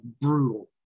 brutal